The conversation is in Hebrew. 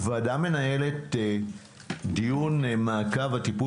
הוועדה מנהלת דיון מעקב על טיפול